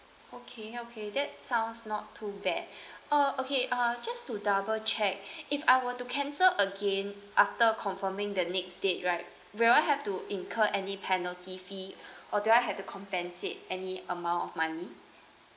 okay okay that sounds not too bad uh okay uh just to double check if I were to cancel again after confirming the next date right will I have to incur any penalty fee or do I have to compensate any amount of money